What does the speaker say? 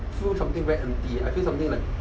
feel something very empty I feel something like